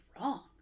wrong